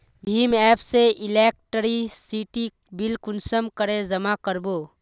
भीम app से electricity bill कुंसम करे जमा कर बो?